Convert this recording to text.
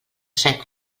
set